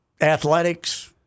athletics